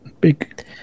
big